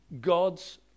God's